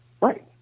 Right